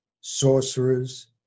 sorcerers